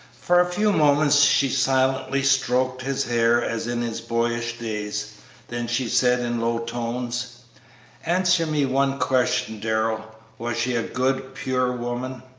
for a few moments she silently stroked his hair as in his boyish days then she said, in low tones answer me one question, darrell was she a good, pure woman?